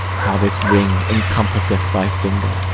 how this ring encompasseth thy finger,